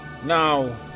now